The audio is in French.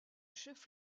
chef